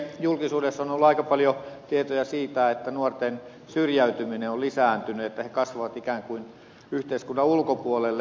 julkisuudessa on ollut aika paljon tietoja siitä että nuorten syrjäytyminen on lisääntynyt että he kasvavat ikään kuin yhteiskunnan ulkopuolelle